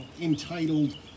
entitled